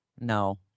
No